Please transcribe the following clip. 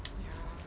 ya